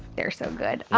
they're so good.